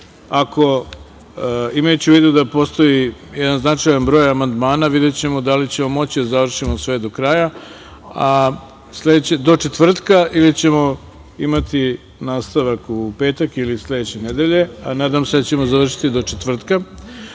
Imajući u vidu da postoji jedan značajan broj amandmana, videćemo da li ćemo moći da završimo sve do kraja do četvrtka ili ćemo imati nastavak u petak ili sledeće nedelje. Nadam se da ćemo završiti do četvrtka. Sledeće